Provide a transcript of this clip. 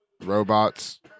robots